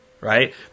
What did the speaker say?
right